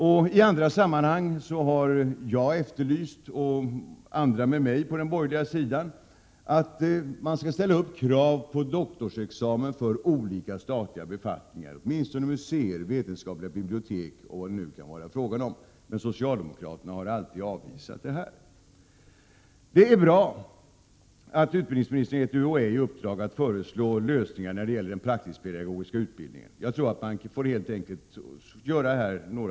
Jag har i andra sammanhang, och många med mig på den borgerliga sidan, efterlyst att man skall ställa upp krav på doktorsexamen för olika statliga befattningar, åtminstone på museer, vetenskapliga bibliotek osv. Socialdemokraterna har emellertid alltid avvisat detta förslag. Det är bra att utbildningsministern har gett UHÄ i uppdrag att föreslå lösningar när det gäller den praktisk-pedagogiska utbildningen. Jag tror att man helt enkelt får göra specialarrangemang.